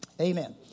Amen